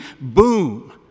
boom